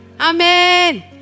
Amen